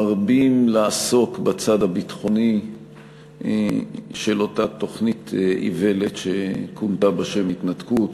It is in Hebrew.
מרבים לעסוק בצד הביטחוני של אותה תוכנית איוולת שכונתה בשם "התנתקות".